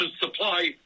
supply